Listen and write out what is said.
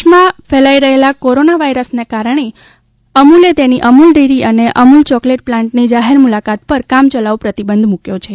દેશમાં ફેલાઈ રહેલા કોરોના વાયરસના રોગને કારણે અમૂલે તેની અમૂલ ડેરી અને અમૂલ ચોકલેટ પ્લાન્ટની જાહેર મુલાકાત ઉપર કામચલાઉ પ્રતિબંધ મૂક્યો છે